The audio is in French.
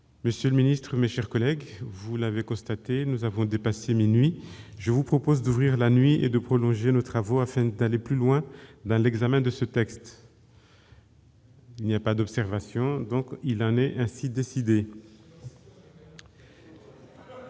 Monsieur le secrétaire d'État, mes chers collègues, vous l'avez constaté, nous avons dépassé minuit ... Je vous propose d'ouvrir la nuit et de prolonger nos travaux afin d'aller plus loin dans l'examen de ce texte. Il n'y a pas d'observations ?... Il en est ainsi décidé.